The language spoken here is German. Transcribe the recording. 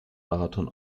marathon